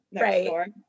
right